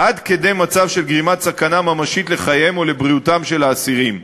עד כדי מצב של גרימת סכנה ממשית לחייהם או לבריאותם של האסירים.